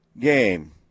game